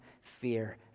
fear